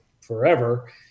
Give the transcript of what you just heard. forever